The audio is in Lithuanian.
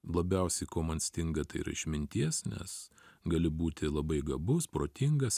labiausiai ko man stinga tai yra išminties nes gali būti labai gabus protingas